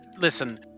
Listen